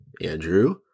Andrew